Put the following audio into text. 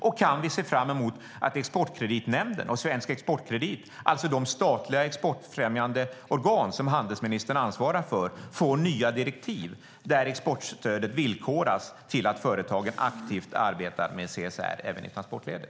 Och kan vi se fram emot att Exportkreditnämnden och Svensk Exportkredit, alltså de statliga exportfrämjande organ som handelsministern ansvarar för, får nya direktiv där exportstödet villkoras till att företagen aktivt arbetar med CSR även i transportledet?